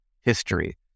history